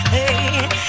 Hey